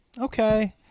okay